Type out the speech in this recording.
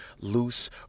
loose